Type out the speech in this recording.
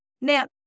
Now